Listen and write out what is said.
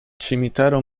cimitero